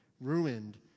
Ruined